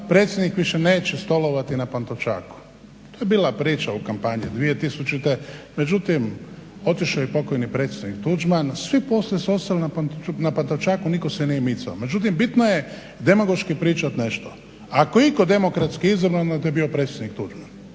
predsjednik više neće stolovati na Pantovčaku. To je bila priča u kampanji 2000. Međutim, otišao je pokojni predsjednik Tuđman, svi poslije su ostali na Pantovčaku, niko se nije micao. Međutim, bitno je demagoški pričat nešto, ako iko demokratski izabran onda je to bio predsjednik Tuđman,